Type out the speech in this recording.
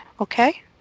okay